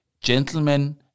gentlemen